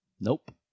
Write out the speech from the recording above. Nope